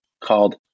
called